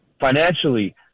financially